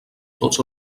tots